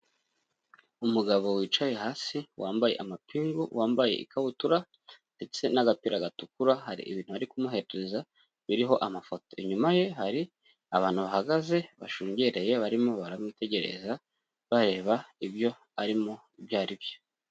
Umugabo wicaye hasi wambaye amapingu wambaye ikabutura ndetse n'agapira gatukura, hari ibintu bari kumuhereza biriho amafoto, inyuma ye hari abantu bahagaze bashungereye barimo baramwitegereza bareba ibyo arimo, ibyo ari byo.